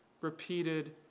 repeated